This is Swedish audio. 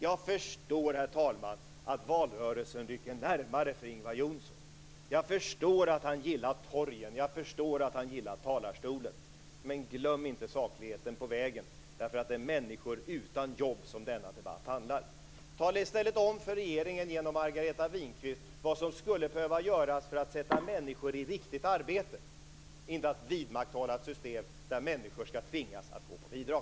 Jag förstår att Ingvar Johnsson känner valrörelsen rycka närmare. Jag förstår att han gillar torgen och talarstolen. Men glöm inte sakligheten på vägen! Det är nämligen människor utan jobb som denna debatt handlar om. Tala i stället om för regeringen genom Margareta Winberg vad som skulle behöva göras för att sätta människor i riktigt arbete! Vidmakthåll inte ett system där människor skall tvingas att gå på bidrag!